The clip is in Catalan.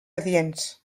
adients